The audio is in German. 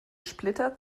splitter